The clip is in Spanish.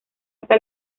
hasta